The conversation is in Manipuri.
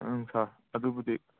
ꯎꯝ ꯁꯥꯔ ꯑꯗꯨꯕꯨꯗꯤ